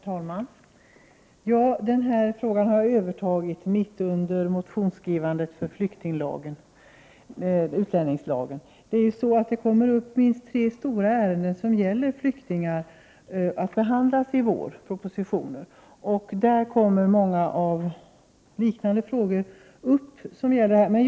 Herr talman! Den här frågan har jag övertagit mitt under motionsskrivandet för den nya utlänningslagen. Det kommer minst tre ärenden i propositionen som gäller flyktingar som skall behandlas under våren. Många liknande frågor kommer att tas upp.